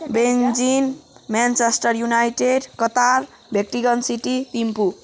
Beijing Manchester United Qatar Vatican City Thimphu